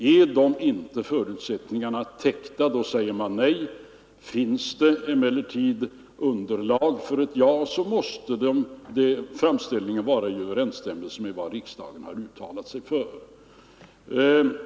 Är inte de förutsättningarna upp fyllda, säger man nej. För att framställningen skall kunna utgöra underlag för ett bifall, måste den vara i överensstämmelse med vad riksdagen har uttalat sig för.